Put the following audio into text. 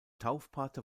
taufpate